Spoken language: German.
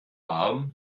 warm